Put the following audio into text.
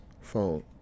phone